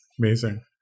Amazing